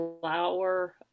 flower